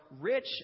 rich